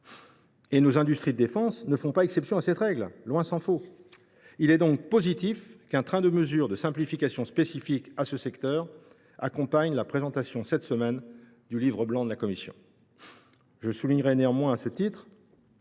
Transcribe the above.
Et nos industries de défense ne font pas exception, tant s’en faut. Il est donc positif qu’un train de mesures de simplification spécifiques à ce secteur accompagne la présentation cette semaine du livre blanc de la Commission. J’insiste néanmoins sur